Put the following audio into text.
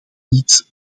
niets